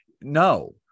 No